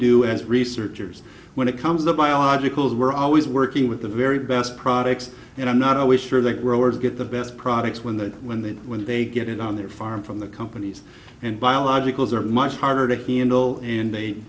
do as researchers when it comes the biologicals we're always working with the very best products and i'm not always sure the growers get the best products when the when they when they get it on their farm from the companies and biologicals are much harder to handle